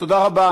תודה רבה.